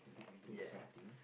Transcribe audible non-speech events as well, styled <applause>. <noise> ya